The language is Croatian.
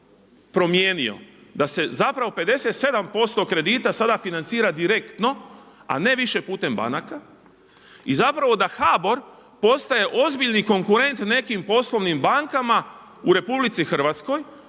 promijenio, da se 57% kredita sada financira direktno, a ne više putem banaka i da HBOR postaje ozbiljni konkurent nekim poslovnim bankama u RH po kamatnim